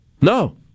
No